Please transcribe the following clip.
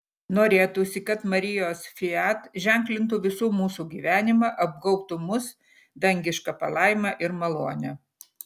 norėtųsi kad marijos fiat ženklintų visų mūsų gyvenimą apgaubtų mus dangiška palaima ir malone